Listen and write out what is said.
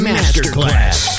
Masterclass